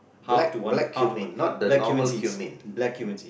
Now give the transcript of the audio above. half to one half to one black Cuban sees black Cuban seeds